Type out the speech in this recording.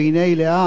"והנה היא לאה",